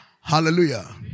Hallelujah